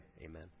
Amen